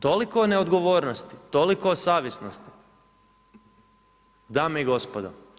Toliko o neodgovornosti, toliko o savjesnosti, dame i gospodo.